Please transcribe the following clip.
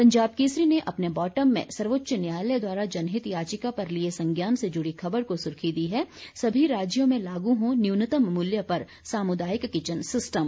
पंजाब केसरी ने अपने बॉटम में सर्वोच्च न्यायलय द्वारा जनहित याचिका पर लिए संज्ञान से जुड़ी खबर को सुर्खी दी है समी राज्यों में लागू हों न्यूनतम मूल्य पर सामुदायिक किचन सिस्टम